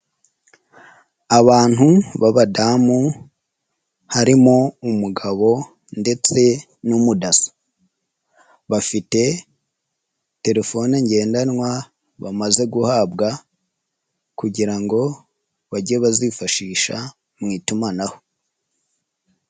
Abantu babadamu, harimo umugabo, ndetse n'umudaso. Bafite, telefone ngendanwa, bamaze guhabwa, kugira ngo, bajye bazifashisha, mu itumanaho.